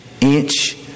inch